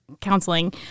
counseling